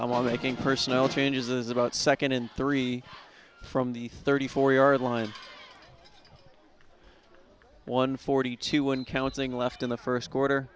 along making personnel changes is about second in three from the thirty four yard line one forty two one counting left in the first quarter